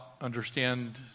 understand